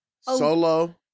solo